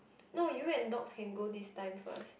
no you and Dorcas can go this time first